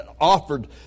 offered